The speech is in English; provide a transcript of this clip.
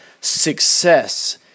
Success